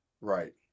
Right